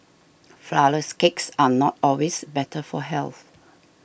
Flourless Cakes are not always better for health